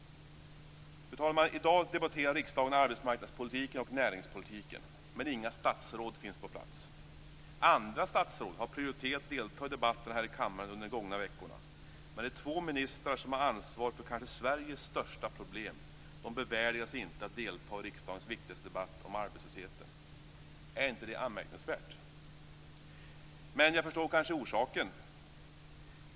Fru talman! I dag debatterar riksdagen arbetsmarknadspolitiken och näringspolitiken, men inga statsråd finns på plats. Andra statsråd har prioriterat att delta i debatterna här i kammaren under de gångna veckorna, men de två ministrar som har ansvar för Sveriges kanske största problem bevärdigar sig inte att delta i riksdagens viktigaste debatt om arbetslösheten. Är inte detta anmärkningsvärt? Men jag förstår kanske orsaken.